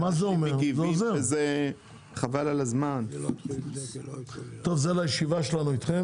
עד לישיבה שלנו איתכם